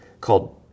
called